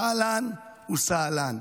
אהלן וסהלן.